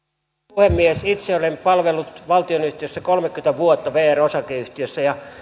puhemies itse olen palvellut valtionyhtiössä kolmekymmentä vuotta vr osakeyhtiössä ja